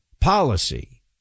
policy